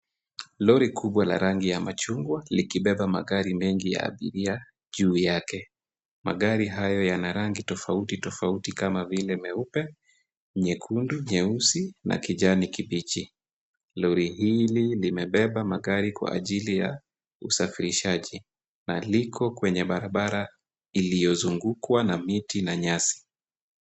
Lori kubwa aga rangi ya machungwa likibeba magari mengi ya abiria juu yake. Magari hayo yana rangi tofauti tofauti kama vile meupe, nyekundu, nyeusi na kijani kibichi. Lori hili limebeba magari kwa ajili ya usafirishaji na liko kwenye barabara iliyozungukwa na miti na nyasi.